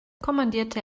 kommandierte